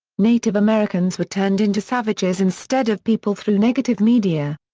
native americans were turned into savages instead of people through negative media.